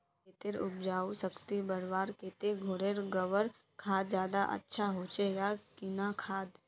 खेतेर उपजाऊ शक्ति बढ़वार केते घोरेर गबर खाद ज्यादा अच्छा होचे या किना खाद?